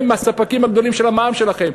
הם הספקים הגדולים של המע"מ שלכם.